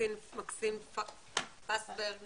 מקסין פסברג